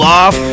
off